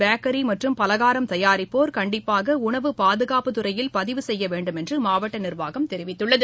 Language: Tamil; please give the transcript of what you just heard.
பேக்கரி மற்றும் பலகாரம் தயாரிப்போர் கண்டிப்பாக உணவு பாதுகாப்புத்துறையில் பதிவு செய்திருக்க வேண்டும் என்று மாவட்ட நிர்வாகம் தெரிவித்துள்ளது